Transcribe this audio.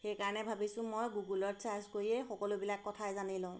সেইকাৰণে ভাবিছোঁ মই গুগুলত ছাৰ্চ কৰিয়েই সকলোবিলাক কথাই জানি লওঁ